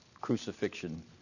crucifixion